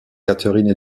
katherine